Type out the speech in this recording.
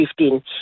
2015